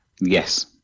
Yes